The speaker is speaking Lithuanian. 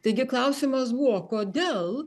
taigi klausimas buvo kodėl